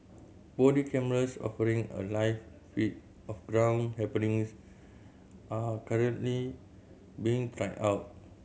body cameras offering a live feed of ground happenings are currently being tried out